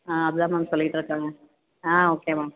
ஆ அப்படி தான் சொல்லிட்டுருக்காங்க ஆ ஓகே மேம்